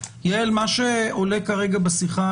יעל, מה שעולה בשיחה